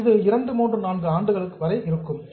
இது 2 3 4 ஆண்டுகள் வரை ஆகும்